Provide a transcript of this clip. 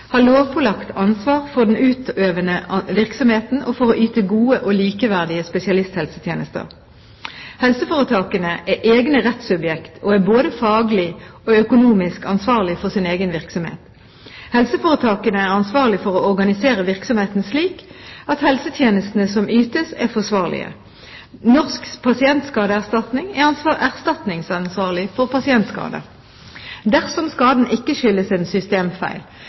har lovpålagt ansvar for den utøvende virksomheten og for å yte gode og likeverdige spesialisthelsetjenester. Helseforetakene er egne rettssubjekter og er både faglig og økonomisk ansvarlig for sin egen virksomhet. Helseforetakene er ansvarlig for å organisere virksomheten slik at helsetjenestene som ytes, er forsvarlige. Norsk pasientskadeerstatning er erstatningsansvarlig for pasientskader. Dersom skaden ikke skyldes en systemfeil,